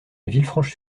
villefranche